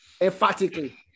emphatically